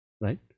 right